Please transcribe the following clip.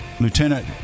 Lieutenant